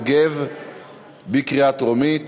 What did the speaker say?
עברה בקריאה טרומית